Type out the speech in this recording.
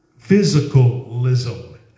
physicalism